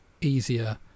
easier